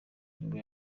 nibwo